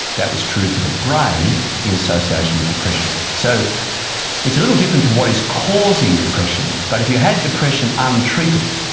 that was true for the brain in association with depression. so it's a little different to what is causing depression, but if you had depression untreated,